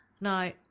Now